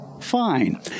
Fine